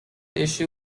issue